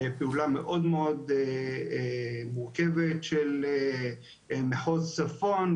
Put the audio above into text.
זו פעולה מאוד מורכבת של מחוז צפון,